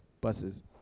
buses